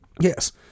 Yes